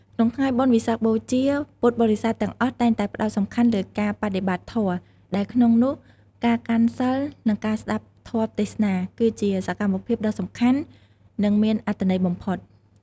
ក្នុងថ្ងៃបុណ្យវិសាខបូជា ពុទ្ធបរិស័ទទាំងអស់តែងតែផ្ដោតសំខាន់លើការបដិបត្តិធម៌ ដែលក្នុងនោះការកាន់សីល និងការស្ដាប់ធម៌ទេសនា គឺជាសកម្មភាពដ៏សំខាន់ និងមានអត្ថន័យបំផុត។